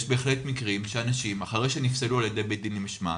יש בהחלט מקרים שאחרי שאנשים נפסלו בבית דין למשמעת,